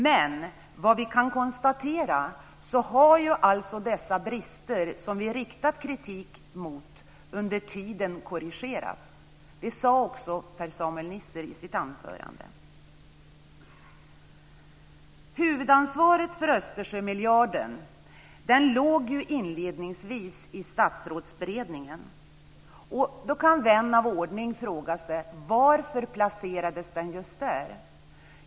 Men vad vi kan konstatera har dessa brister som vi riktat kritik mot under tiden korrigerats. Det sade också Huvudansvaret för Östersjömiljarden låg inledningsvis på Statsrådsberedningen. Då kan vän av ordning fråga sig: Varför placerades den just där?